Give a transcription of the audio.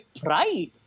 pride